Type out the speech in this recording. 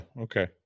Okay